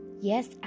Yes